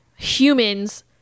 humans